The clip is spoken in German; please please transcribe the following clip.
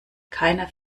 keiner